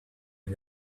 and